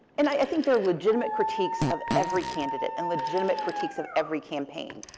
and i think there are legitimate critiques of every candidate and legitimate critiques of every campaign,